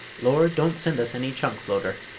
lord, don't send us any chunk floater.